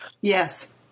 Yes